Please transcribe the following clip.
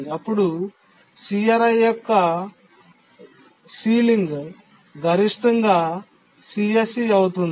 అప్పుడు CRi యొక్క ceiling గరిష్టంగా CSC అవుతుంది